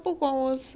是我爸爸